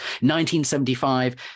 1975